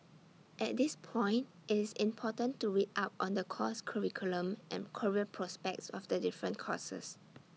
at this point IT is important to read up on the course curriculum and career prospects of the different courses